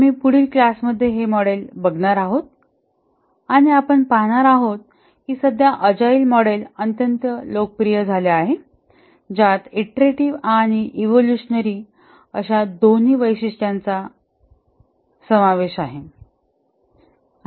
आम्ही पुढील क्लास मध्ये हे मॉडेल बघणार आहोत आणि आपण पाहणार आहोत की सध्या अजाईल मॉडेल अत्यंत लोकप्रिय झाले आहे ज्यात ईंट्रेटिव्ह आणि इवोल्युशनरी अशा दोन्ही वैशिष्ट्यांचा समावेश आहे